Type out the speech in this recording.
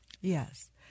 Yes